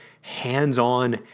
hands-on